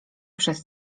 przez